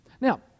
now